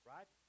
Right